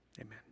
amen